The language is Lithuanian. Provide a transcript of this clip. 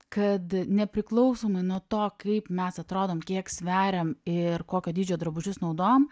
kad nepriklausomai nuo to kaip mes atrodom kiek sveriam ir kokio dydžio drabužius naudojam